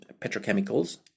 petrochemicals